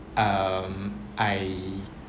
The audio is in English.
um I